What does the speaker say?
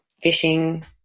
fishing